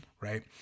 Right